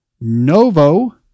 Novo